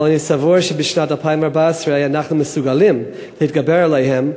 אבל אני סבור שבשנת 2014 אנחנו מסוגלים להתגבר עליהם,